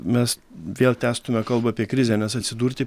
mes vėl tęstume kalbą apie krizę nes atsidurti